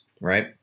right